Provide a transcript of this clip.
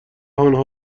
آنها